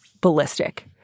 ballistic